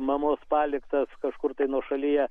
mamos paliktas kažkur nuošalyje